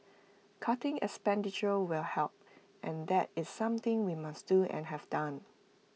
cutting expenditure will help and that is something we must do and have done